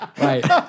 Right